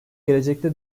gelecekte